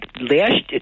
last